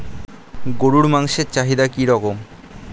গরুর মাংসের চাহিদা কি রকম?